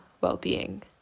well-being